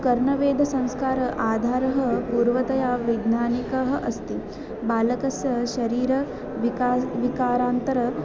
कर्णवेधसंस्कारः आधारः पूर्वतया वैज्ञानिकः अस्ति बालकस्य शरीर विका विकारान्तर